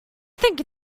think